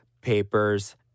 papers